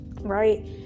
right